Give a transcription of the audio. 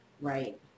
Right